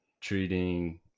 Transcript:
treating